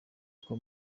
two